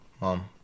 Mom